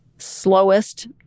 slowest